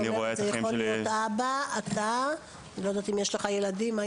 אני לא יודעת אם אתה אבא, אם יש לך ילדים.